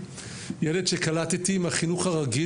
ילד שקלטתי מהחינוך הרגיל,